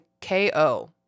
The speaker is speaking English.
KO